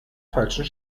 falschen